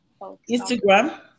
instagram